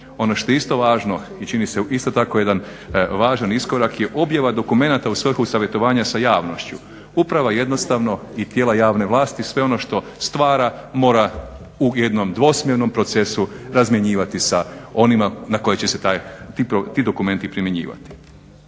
Ono što je isto važno i čini se isto tako jedan važan iskorak je objava dokumenata u svrhu savjetovanja sa javnošću. Uprava jednostavno i tijela javne vlasti sve ono što stvara mora u jednom dvosmjernom procesu razmjenjivati sa onima na koje će se ti dokumenti primjenjivati.